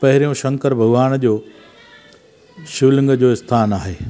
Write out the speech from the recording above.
पहिरियों शंकर भॻवान जो शिवलिंग जो आस्थानु आहे